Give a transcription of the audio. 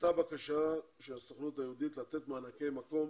עלתה בקשה של הסוכנות היהודית לתת מענקי מקום